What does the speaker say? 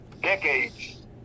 decades